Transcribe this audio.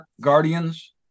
guardians